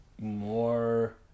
more